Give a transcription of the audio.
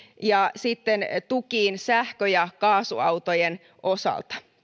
ja tukiin sähkö ja kaasuautojen osalta